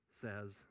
says